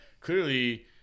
clearly